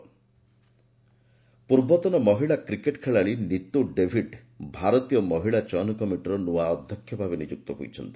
ମହିଳା କ୍ରିକେଟ୍ ପୂର୍ବତନ ଭାରତୀୟ ମହିଳା କ୍ରିକେଟ୍ ଖେଳାଳି ନିତୁ ଡେଭିଡ୍ ଭାରତୀୟ ମହିଳା ଚୟନ କମିଟିର ନୂଆ ଅଧ୍ୟକ୍ଷ ଭାବେ ନିଯୁକ୍ତ ହୋଇଛନ୍ତି